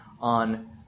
on